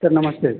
sir Namaste